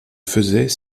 faisais